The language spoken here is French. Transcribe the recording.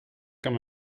quand